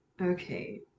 okay